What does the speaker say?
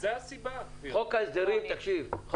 חוק ההסדרים הוא